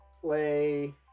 play